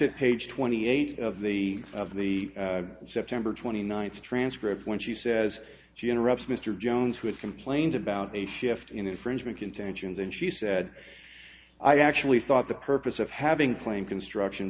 it page twenty eight of the of the september twenty ninth transcript when she says she interrupts mr jones who had complained about a shift in infringement contentions and she said i actually thought the purpose of having claim construction